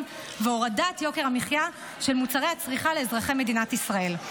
והורדת יוקר המחיה של מוצרי הצריכה לאזרחי ישראל.